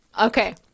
Okay